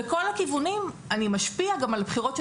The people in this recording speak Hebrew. בכל הכיוונים אני משפיע גם על הבחירות של